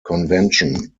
convention